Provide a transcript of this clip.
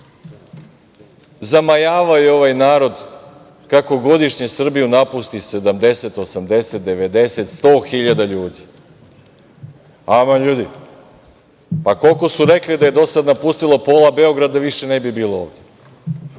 zamajavaju ovaj narod kako godišnje Srbiju napusti 70, 80, 90, 100 hiljada ljudi. Aman ljudi, pa koliko su rekli da je do sada napustilo, pola Beograda više ne bi bilo ovde.